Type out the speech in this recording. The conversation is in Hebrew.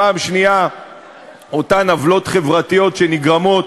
ופעם שנייה באותן עוולות חברתיות שנגרמות